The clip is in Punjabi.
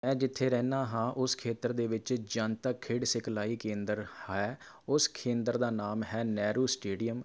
ਮੈਂ ਜਿੱਥੇ ਰਹਿੰਦਾ ਹਾਂ ਉਸ ਖੇਤਰ ਦੇ ਵਿੱਚ ਜਨਤਕ ਖੇਡ ਸਿਖਲਾਈ ਕੇਂਦਰ ਹੈ ਉਸ ਕੇਂਦਰ ਦਾ ਨਾਮ ਹੈ ਨਹਿਰੂ ਸਟੇਡੀਅਮ